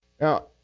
Now